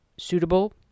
Suitable